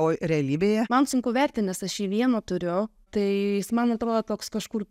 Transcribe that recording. man sunku vertint nes aš jį vieną turiu tai jis man atrodo toks kažkur